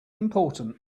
important